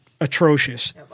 atrocious